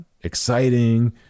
exciting